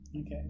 okay